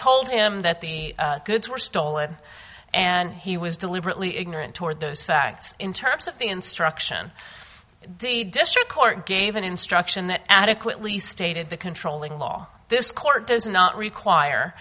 told him that the goods were stolen and he was deliberately ignorant toward those facts in terms of the instruction the district court gave an instruction that adequately stated the controlling law this court does not require